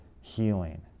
healing